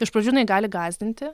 iš pradžių jinai gali gąsdinti